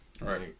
right